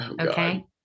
okay